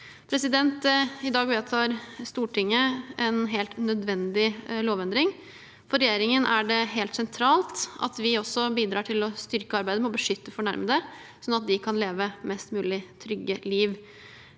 tas i bruk. I dag vedtar Stortinget en helt nødvendig lovendring. For regjeringen er det helt sentralt at vi også bidrar til å styrke arbeidet med å beskytte fornærmede, slik at de kan leve et mest mulig trygt liv.